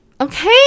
okay